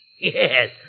Yes